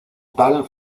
tal